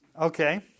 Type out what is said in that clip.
Okay